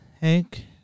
Hank